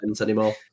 anymore